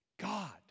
God